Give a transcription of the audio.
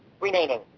remaining